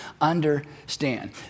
understand